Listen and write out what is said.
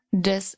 des